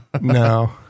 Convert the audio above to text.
No